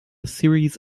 series